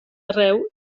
arreu